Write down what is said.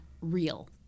real